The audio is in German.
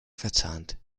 verzahnt